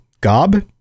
Gob